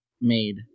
made